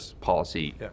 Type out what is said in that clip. policy